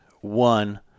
one